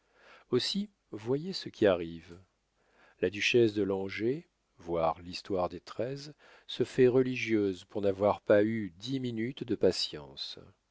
aussi voyez ce qui arrive la duchesse de langeais voir l'histoire des treize se fait religieuse pour n'avoir pas eu dix minutes de patience